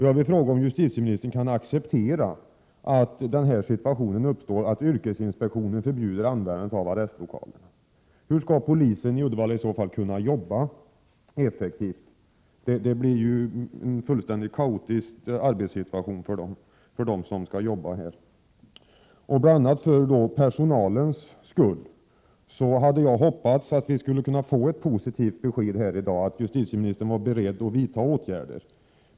Jag vill fråga om justitieministern kan acceptera att den här situationen uppstår, alltså att yrkesinspektionen förbjuder användandet av arrestlokalerna. Hur skall polisen i Uddevalla i så fall kunna jobba effektivt? Det blir ju en fullständigt kaotisk arbetssituation för dem som skall jobba där. Bl. a. med hänsyn till personalen hade jag hoppats att vi skulle kunna få ett positivt besked här i dag att justitieministern var beredd att vidta åtgärder.